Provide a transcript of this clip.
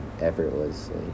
effortlessly